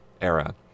era